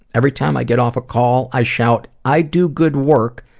every time i get off a call, i shout, i do good work!